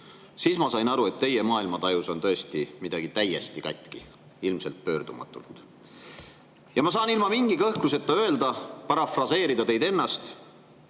siis ma sain aru, et teie maailmatajus on tõesti midagi täiesti katki, ilmselt pöördumatult. Ja ma saan ilma mingi kõhkluseta öelda, parafraseerides teid ennast: